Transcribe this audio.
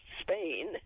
Spain